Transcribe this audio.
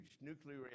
nuclear